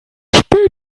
spät